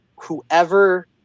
whoever